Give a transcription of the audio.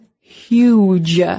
huge